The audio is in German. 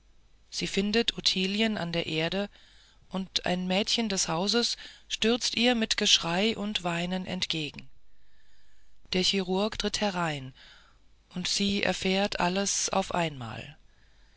sie findet ottilien an der erde und ein mädchen des hauses stürzt ihr mit geschrei und weinen entgegen der chirurg tritt herein und sie erfährt alles auf einmal